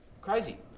crazy